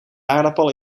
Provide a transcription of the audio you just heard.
aardappel